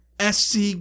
SC